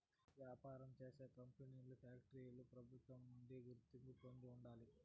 వ్యాపారం చేసే కంపెనీలు ఫ్యాక్టరీలు ప్రభుత్వం నుంచి గుర్తింపు పొంది ఉండాలి